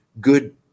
good